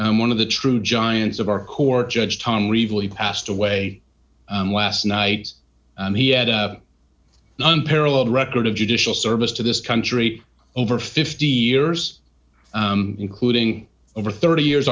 and one of the true giants of our court judge tom reveal he passed away last night and he had no unparalleled record of judicial service to this country over fifty years including over thirty years